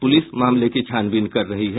police मामले की छानबीन कर रही है